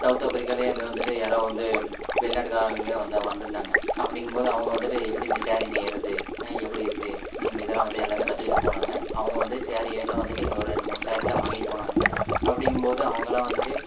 south ஆப்பிரிக்காலேயே இருந்து வந்துட்டு யாரோ வந்து வெளிநாட்டுக்காரவங்களும் வந்த வந்துருந்தாங்க அப்படிங்கும் போது அவங்க வந்துட்டு எப்படி இந்த ஸேரி நெய்கிறது எப்படி இருக்குது இதெல்லாம் வந்து எல்லாமே கற்றுக்கிட்டு போனாங்க அவங்க வந்து ஸேரி எல்லாம் வந்துகிட்டு இங்கே ஒரு ரெண்டு மூணு ஸேரியெலாம் வாங்ட்டு போனாங்க அப்படிங்கும் போது அவங்களாம் வந்துகிட்டு